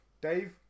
Dave